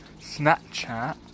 Snapchat